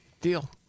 Deal